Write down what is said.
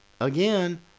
again